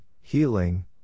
healing